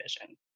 vision